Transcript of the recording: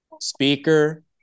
speaker